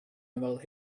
about